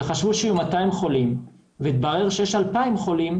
וחשבו שיהיו 200 חולים והתברר שיש 2,000 חולים,